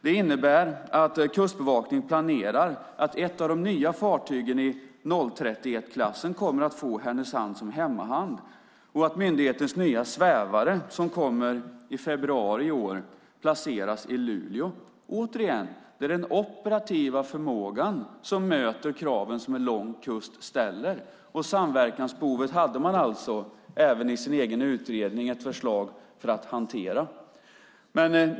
Det innebär att Kustbevakningen planerar att ett av de nya fartygen i 031-klassen kommer att få Härnösand som hemmahamn och att myndighetens nya svävare, som kommer i februari i år, placeras i Luleå. Återigen: Det är den operativa förmågan som möter kraven som en lång kust ställer. Samverkansbehovet hade man alltså även i sin egen utredning ett förslag för att hantera.